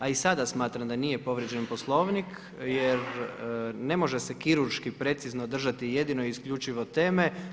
A i sada smatram da nije povrijeđen Poslovnik jer ne može se kirurški precizno držati jedino i isključivo teme.